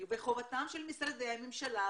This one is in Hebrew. וחובתם של משרדי הממשלה,